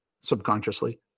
subconsciously